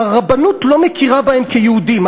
הרי הרבנות לא מכירה בהם כיהודים,